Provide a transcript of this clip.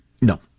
No